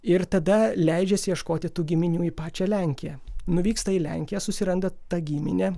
ir tada leidžiasi ieškoti tų giminių į pačią lenkiją nuvyksta į lenkiją susiranda tą giminę